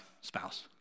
spouse